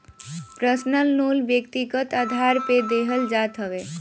personal loan व्यक्तिगत आधार पे देहल जात हवे